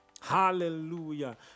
hallelujah